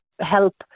help